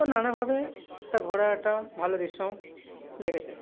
তো নানাভাবে এটা ঘোরাটা ভালো দৃশ্য লেগেছে